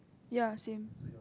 ya same